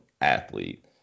athlete